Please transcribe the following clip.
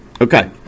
okay